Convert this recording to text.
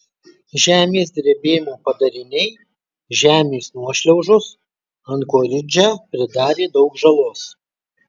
žemės drebėjimo padariniai žemės nuošliaužos ankoridže pridarė daug žalos